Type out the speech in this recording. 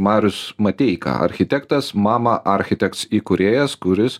marius mateika architektas mama architeks įkūrėjas kuris